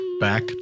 back